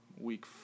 week